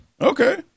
okay